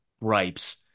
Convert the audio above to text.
ripes